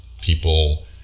people